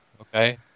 Okay